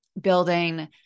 building